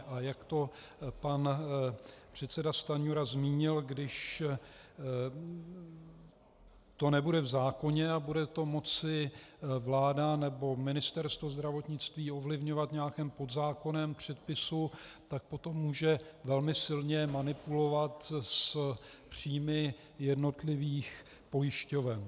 A jak to pan předseda Stanjura zmínil, když to nebude v zákoně a bude to moci vláda nebo Ministerstvo zdravotnictví ovlivňovat v nějakém podzákonném předpisu, tak potom může velmi silně manipulovat s příjmy jednotlivých pojišťoven.